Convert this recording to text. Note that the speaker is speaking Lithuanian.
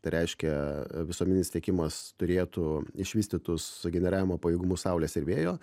tai reiškia visuomeninis tiekimas turėtų išvystytus generavimo pajėgumus saulės ir vėjo